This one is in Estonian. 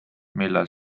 millel